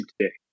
today